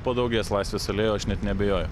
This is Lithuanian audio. padaugės laisvės alėjoj aš net neabejoju